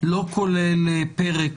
לא כולל פרק